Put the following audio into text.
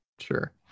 Sure